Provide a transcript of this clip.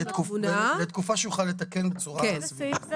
לתקופה שהוא יוכל לתקן בצורה סבירה.